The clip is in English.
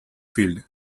field